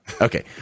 Okay